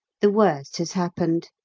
the worst has happened.